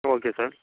okay sir